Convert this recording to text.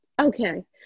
Okay